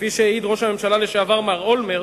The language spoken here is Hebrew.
כפי שהעיד ראש הממשלה לשעבר, מר אולמרט,